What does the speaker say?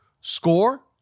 Score